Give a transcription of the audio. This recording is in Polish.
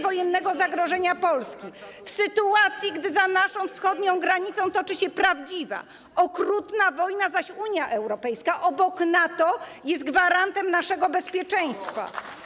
wojennego zagrożenia Polski, w sytuacji gdy za naszą wschodnią granicą toczy się prawdziwa, okrutna wojna, zaś Unia Europejska obok NATO jest gwarantem naszego bezpieczeństwa.